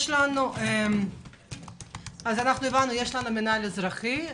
יש מנהל אזרחי,